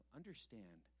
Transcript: understand